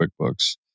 quickbooks